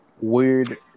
Weird